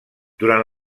durant